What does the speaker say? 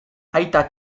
aita